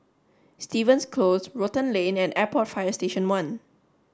Stevens Close Rotan Lane and Airport Fire Station one